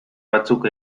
batzuk